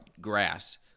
grass